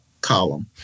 column